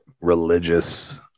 religious